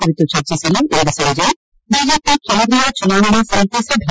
ಕುರಿತು ಚರ್ಚಿಸಲು ಇಂದು ಸಂಜೆ ಬಿಜೆಪಿ ಕೇಂದ್ರೀಯ ಚುನಾವಣಾ ಸಮಿತಿ ಸಭೆ